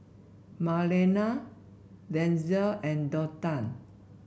Marlena Denzel and Donta